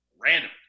random